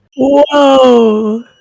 whoa